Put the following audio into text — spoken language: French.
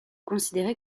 considéré